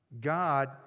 God